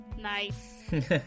nice